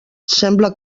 sembla